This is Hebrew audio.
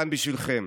כאן בשבילכם,